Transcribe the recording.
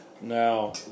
Now